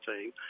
Team